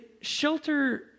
shelter